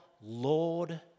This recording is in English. Lord